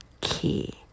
key